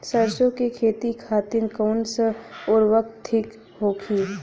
सरसो के खेती खातीन कवन सा उर्वरक थिक होखी?